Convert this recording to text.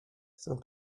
chcę